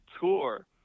tour